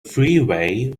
freeway